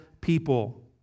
people